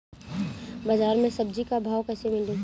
बाजार मे सब्जी क भाव कैसे मिली?